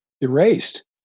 erased